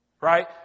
Right